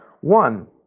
one